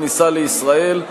כניסה לישראל,